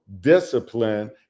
discipline